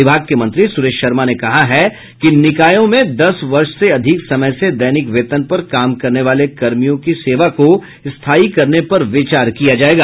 विभाग के मंत्री सुरेश शर्मा ने कहा है कि निकायों में दस वर्ष से अधिक समय से दैनिक वेतन पर काम करने वाले कर्मियों की सेवा को स्थायी करने पर विचार किया जायेगा